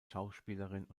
schauspielerin